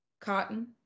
Cotton